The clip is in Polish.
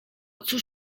cóż